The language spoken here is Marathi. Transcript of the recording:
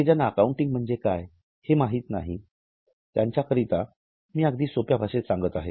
ज्यांना अकाउंटिंग म्हणजे काय हे माहित नाही त्यांच्या करता मी अगदी सोप्या भाषेत सांगत आहे